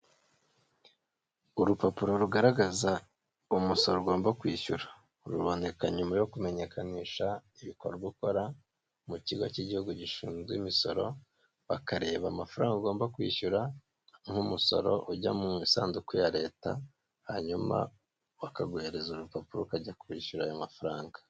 Urupapuro rugaragaza umusoro ugomba kwishyura, ruboneka nyuma yo kumenyekanisha ibikorwa ukora, mu kigo cy'igihugu gishinzwe imisoro, bakareba amafaranga ugomba kwishyura nk'umusoro ujya mu isanduku ya Leta, hanyuma bakaguhereza urupapuro ukajya kwishyura ayo mafaranga.